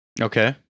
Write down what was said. Okay